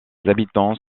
habitants